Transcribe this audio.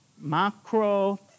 Macro